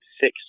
six